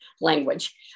language